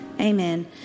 Amen